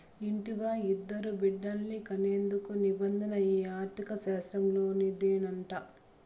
ఇంటివా, ఇద్దరు బిడ్డల్ని కనేందుకు నిబంధన ఈ ఆర్థిక శాస్త్రంలోనిదేనంట